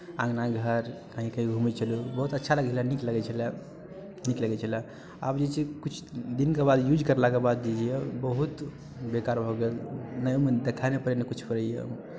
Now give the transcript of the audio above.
अङ्गना घर कहीँ कहीँ घूमै छलहुँ बहुत अच्छा लगै छलै नीक लगै छलै नीक लगै छलै आब जे छै किछु दिनके बाद यूज कयलाके बाद जे यए बहुत बेकार भऽ गेल नहि ओहिमे देखाइ नहि पड़ैए नहि किछु होइए ओहिमे